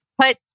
put